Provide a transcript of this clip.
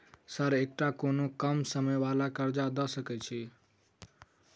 Sir एकटा कोनो कम समय वला कर्जा दऽ सकै छी?